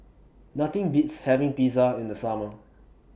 Nothing Beats having Pizza in The Summer